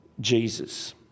Jesus